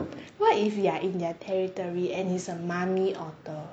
what if you are in their territory and it's a mummy otter